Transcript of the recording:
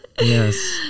Yes